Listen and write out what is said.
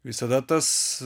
visada tas